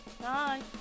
Bye